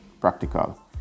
practical